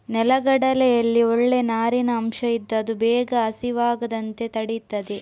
ನೆಲಗಡಲೆಯಲ್ಲಿ ಒಳ್ಳೇ ನಾರಿನ ಅಂಶ ಇದ್ದು ಅದು ಬೇಗ ಹಸಿವಾಗದಂತೆ ತಡೀತದೆ